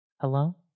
Hello